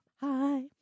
high